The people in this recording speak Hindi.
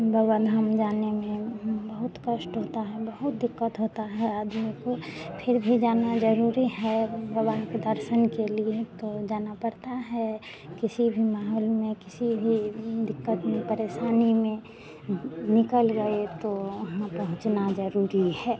बाबा धाम जाने में हमें बहुत कष्ट होता है बहुत दिक़्क़त होती है आदमी को फिर भी जाना ज़रूरी है बाबा के दर्शन के लिए तो जाना पड़ता है किसी भी महौल में किसी भी दिक़्क़त में परेशानी में निकल गए तो वहाँ पहुँचना ज़रूरी है